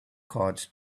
caught